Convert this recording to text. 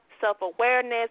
self-awareness